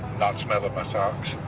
not smelling my socks.